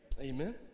Amen